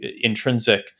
intrinsic